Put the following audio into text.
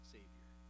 Savior